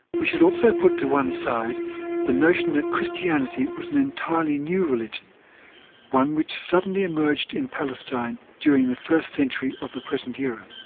we should also put to one side the notion that christianity was an entirely new religion which suddenly emerged in palestine during the first century of the present era.